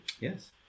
yes